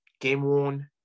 game-worn